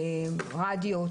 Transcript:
רדיו,